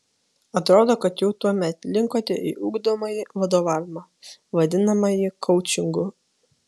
atrodo kad jau tuomet linkote į ugdomąjį vadovavimą vadinamąjį koučingą